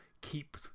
keep